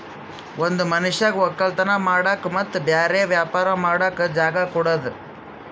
ಒಂದ್ ಮನಷ್ಯಗ್ ವಕ್ಕಲತನ್ ಮಾಡಕ್ ಮತ್ತ್ ಬ್ಯಾರೆ ವ್ಯಾಪಾರ ಮಾಡಕ್ ಜಾಗ ಕೊಡದು